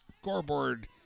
scoreboard